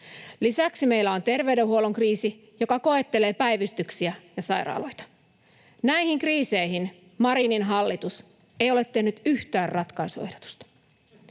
Lisäksi meillä on terveydenhuollon kriisi, joka koettelee päivystyksiä ja sairaaloita. Näihin kriiseihin Marinin hallitus ei ole tehnyt yhtään ratkaisuehdotusta.